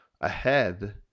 ahead